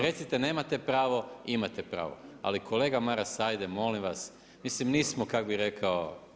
Recite nemate pravo, imate pravo, ali kolega Maras, ajde molim vas, mislim nismo kak bi rekao.